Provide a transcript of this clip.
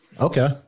Okay